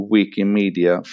Wikimedia